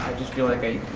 just feel like